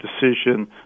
decision